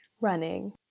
Running